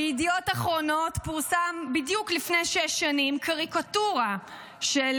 בידיעות אחרונות פורסמה בדיוק לפני שש שנים קריקטורה של